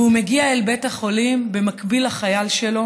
והוא מגיע אל בית החולים במקביל לחייל שלו.